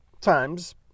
times